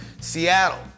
Seattle